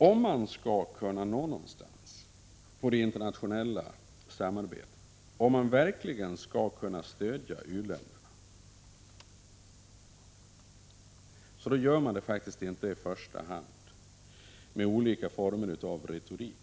Om man skall nå någonstans i det internationella samarbetet och om man verkligen skall kunna stödja u-länderna, gör man det faktiskt inte i första hand med olika former av retorik.